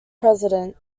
president